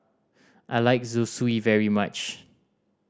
I like Zosui very much